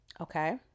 Okay